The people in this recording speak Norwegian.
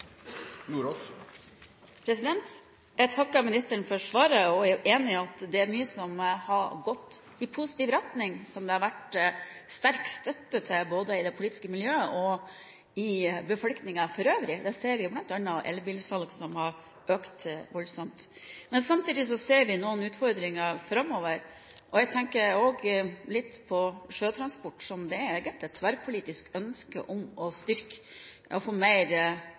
Jeg takker ministeren for svaret. Jeg er jo enig i at det er mye som har gått i positiv retning, som det har vært sterk støtte til både i det politiske miljøet og i befolkningen for øvrig. Det ser vi jo bl.a. på elbilsalg som har økt voldsomt. Men samtidig ser vi noen utfordringer framover, og jeg tenker også litt på sjøtransport, som det egentlig er et tverrpolitisk ønske om å styrke ved å få mer